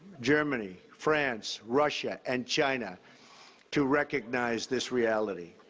germany, france, russia, and china to recognize this reality.